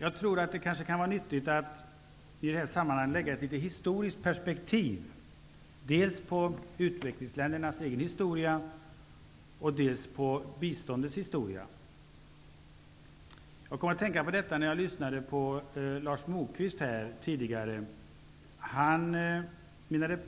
Jag tror att det kanske kan vara nyttigt att i det här sammanhanget lägga ett historiskt perspektiv, dels på utvecklingsländernas egen historia, dels på biståndets historia. Jag kom att tänka på detta när jag lyssnade på Lars Moquist tidigare i dag. Han menade